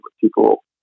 people